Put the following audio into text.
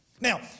Now